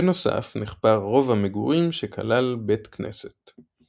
בנוסף נחפר רובע מגורים שכלל בית כנסת.